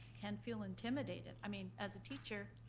can feel intimidated. i mean, as a teacher,